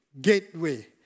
gateway